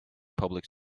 public